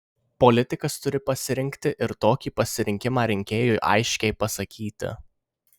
politikas turi pasirinkti ir tokį pasirinkimą rinkėjui aiškiai pasakyti